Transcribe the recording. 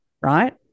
right